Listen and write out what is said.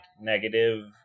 negative